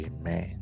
amen